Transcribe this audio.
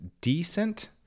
decent